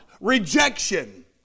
rejection